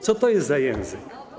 Co to jest za język?